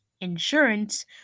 Insurance